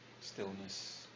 stillness